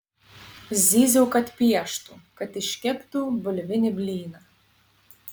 zyziau kad pieštų kad iškeptų bulvinį blyną